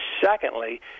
Secondly